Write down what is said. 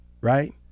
Right